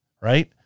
Right